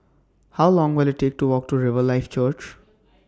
How Long Will IT Take to Walk to Riverlife Church